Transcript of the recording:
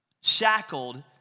shackled